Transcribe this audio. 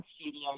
studio